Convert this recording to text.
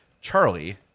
Charlie